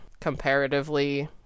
Comparatively